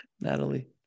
Natalie